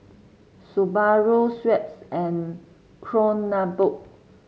Subaru Schweppes and Kronenbourg